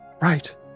right